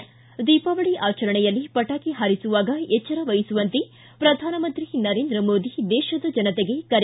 ಿ ದೀಪಾವಳಿ ಆಚರಣೆಯಲ್ಲಿ ಪಟಾಕಿ ಹಾರಿಸುವಾಗ ಎಚ್ಚರ ವಹಿಸುವಂತೆ ಪ್ರಧಾನಮಂತ್ರಿ ನರೇಂದ್ರ ಮೋದಿ ದೇಶದ ಜನತೆಗೆ ಕರೆ